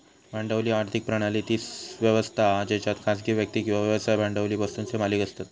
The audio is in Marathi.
भांडवली आर्थिक प्रणाली ती व्यवस्था हा जेच्यात खासगी व्यक्ती किंवा व्यवसाय भांडवली वस्तुंचे मालिक असतत